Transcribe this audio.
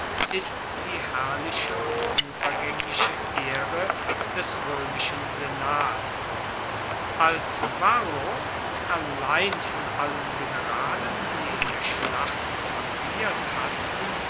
ist die herrliche und unvergaengliche ehre des roemischen senats als varro allein von allen generalen die in der schlacht kommandiert hatten